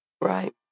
Right